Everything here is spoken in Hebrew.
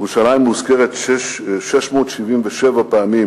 ירושלים מוזכרת 677 פעמים